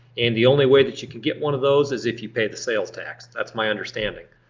and the only way that you can get one of those is if you pay the sales tax. that's my understanding.